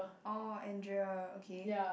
oh Andrea okay